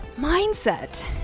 mindset